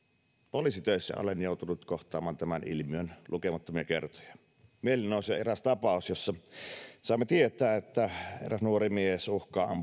poliisin töissä olen joutunut kohtaamaan tämän ilmiön lukemattomia kertoja mieleeni nousee eräs tapaus jossa saimme tietää että eräs nuori mies uhkaa